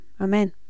amen